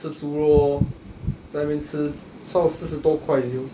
吃猪肉 orh 在那边吃超四十多块 [siol]